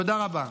תודה רבה.